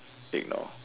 ignore